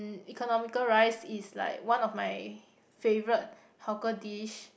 economical rice is like one of my favourite hawker dish